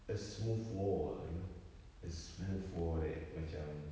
a smooth war ah you know a smooth war that macam